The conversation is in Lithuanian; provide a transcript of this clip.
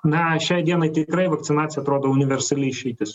na šiai dienai tikrai vakcinacija atrodo universali išeitis